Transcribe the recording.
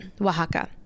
Oaxaca